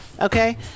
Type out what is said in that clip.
Okay